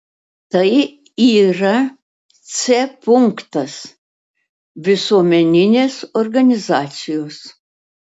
tai yra c punktas visuomeninės organizacijos